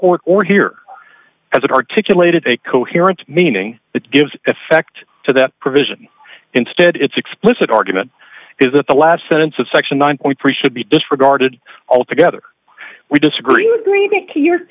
court or here has articulated a coherent meaning that gives effect to that provision instead its explicit argument is that the last sentence of section one three should be disregarded altogether we disagree